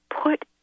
put